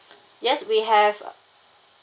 yes we have